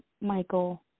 Michael